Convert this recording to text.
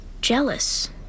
jealous